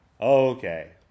Okay